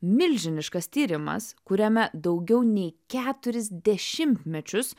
milžiniškas tyrimas kuriame daugiau nei keturis dešimtmečius